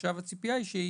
ועכשיו הציפייה היא שהיא